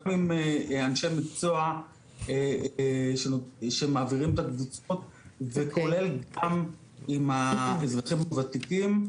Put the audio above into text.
גם עם אנשים מקצוע שמעבירים את הקבוצות וכולל גם עם האזרחים הוותיקים.